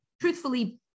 truthfully